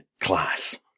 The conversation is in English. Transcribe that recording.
class